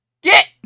Get